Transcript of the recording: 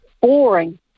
boring